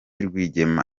rwigema